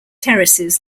terraces